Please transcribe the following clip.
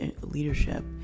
leadership